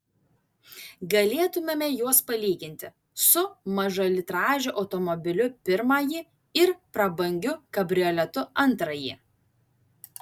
galėtumėme juos palyginti su mažalitražiu automobiliu pirmąjį ir prabangiu kabrioletu antrąjį